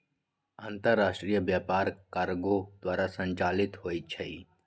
अंतरराष्ट्रीय व्यापार कार्गो द्वारा संचालित होइ छइ